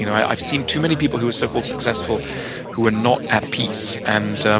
you know i've seen too many people who are so-called successful who are not at peace. and